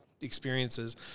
experiences